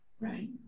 Right